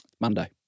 Monday